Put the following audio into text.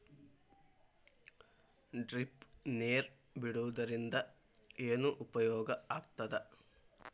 Drip ನೇರ್ ಬಿಡುವುದರಿಂದ ಏನು ಉಪಯೋಗ ಆಗ್ತದ?